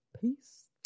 peace